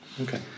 Okay